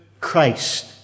Christ